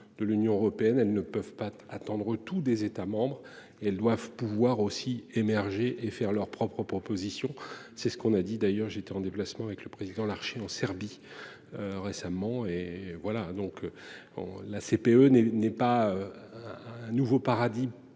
de l'Union européenne elle ne peuvent pas attendre tout des États membres et elles doivent pouvoir aussi émerger et faire leurs propres propositions, c'est ce qu'on a dit d'ailleurs j'étais en déplacement avec le président l'archi en Serbie. Récemment, et voilà donc on la CPE n'est n'est pas. Un nouveau paradis